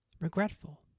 regretful